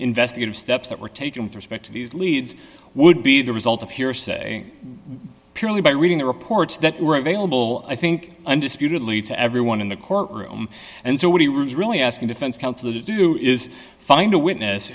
investigative steps that were taken with respect to these leads would be the result of hearsay purely by reading the reports that were available i think undisputedly to everyone in the court room and so what he was really asking defense counsel to do is find a witness